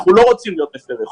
אנחנו לא רוצים להיות מפרי חוק.